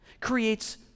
creates